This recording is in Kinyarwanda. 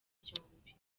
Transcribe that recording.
byombi